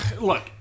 Look